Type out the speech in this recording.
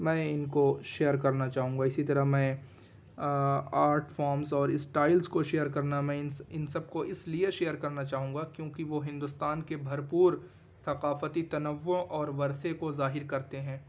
میں ان کو شیئر کرنا چاہوں گا اسی طرح میں آرٹ فامز اور اسٹائلس کو شیئر کرنا میں ان سب کو اس لیے شیئر کرنا چاہوں گا کیوںکہ وہ ہندوستان کے بھرپور ثقافتی تنوع اور ورثے کو ظاہر کرتے ہیں